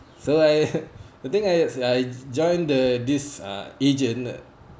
so I the thing is I join the this uh agent